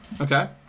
Okay